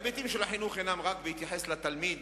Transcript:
ההיבטים של החינוך אינם רק בהתייחס לתלמיד,